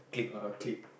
uh clique